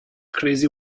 crazy